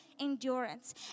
endurance